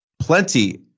plenty